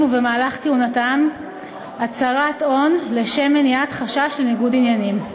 ובמהלך כהונתם הצהרת הון לשם מניעת חשש לניגוד עניינים.